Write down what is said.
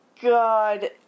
god